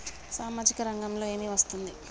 సామాజిక రంగంలో ఏమి వస్తుంది?